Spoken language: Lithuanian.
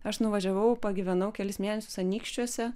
aš nuvažiavau pagyvenau kelis mėnesius anykščiuose